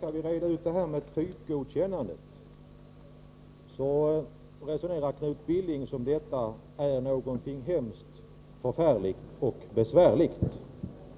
Herr talman! Knut Billing resonerar som om typgodkännande är någonting hemskt, förfärligt och besvärligt,